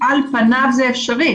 על פניו זה אפשרי,